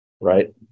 right